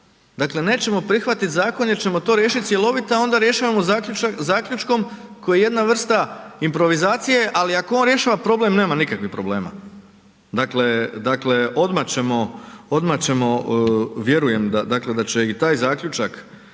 Dakle, nećemo prihvatiti zakon jer ćemo riješit cjelovito a onda rješavamo zaključkom koji je jedna vrsta improvizacije ali ako rješava problem, nema nikakvih problema. Dakle, odmah ćemo, vjerujem dakle da će i taj zaključak